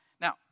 Now